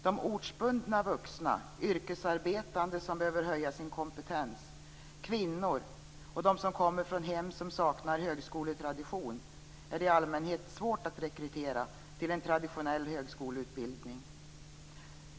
De ortsbundna vuxna, yrkesarbetande som behöver höja sin kompetens, kvinnor och de som kommer från hem som saknar högskoletradition är det i allmänhet svårt att rekrytera till en traditionell högskoleutbildning.